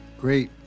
Great